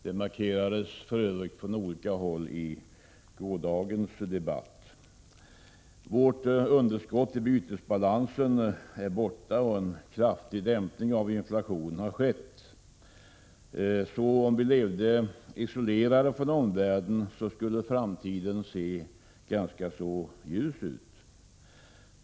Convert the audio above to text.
Det märktes för övrigt från olika håll i gårdagens debatt. Vårt underskott i bytesbalansen är borta, och en kraftig dämpning av inflationen har skett. Så om vi levde isolerade från omvärlden, skulle framtiden se ganska ljus ut.